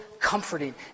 Comforting